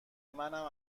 منم